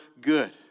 good